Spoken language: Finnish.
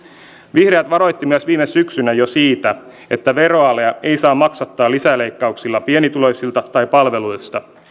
vihreät varoitti viime syksynä jo siitä että veroalea ei saa maksattaa lisäleikkauksilla pienituloisilta tai palveluista